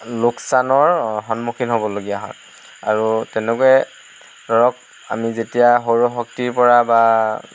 লোকচানৰ সন্মুখীন হ'বলগীয়া হয় আৰু তেনেকৈ ধৰক আমি যেতিয়া সৌৰ শক্তিৰ পৰা বা